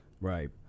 Right